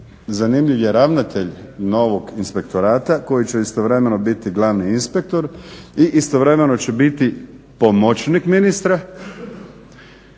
Zanimljiv je ravnatelj novog inspektorata koji će istovremeno biti glavni inspektor i istovremeno će biti pomoćnik ministra